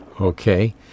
Okay